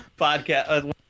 podcast